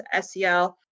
SEL